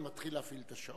אני מתחיל להפעיל את השעון.